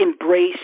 embrace